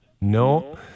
No